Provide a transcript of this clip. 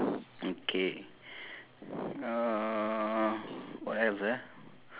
okay the tree right on the left